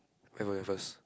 where where first